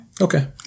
Okay